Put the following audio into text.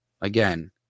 again